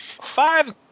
Five